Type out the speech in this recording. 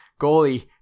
goalie